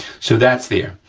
so, that's there.